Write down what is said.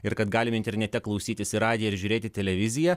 ir kad galime internete klausytis į radiją ir žiūrėti televiziją